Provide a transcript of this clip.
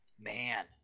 Man